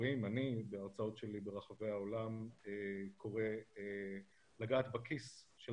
בהרצאות שלי ברחבי העולם אני קורא לגעת בכיס של